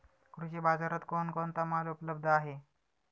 कृषी बाजारात कोण कोणता माल उपलब्ध आहे?